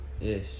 Yes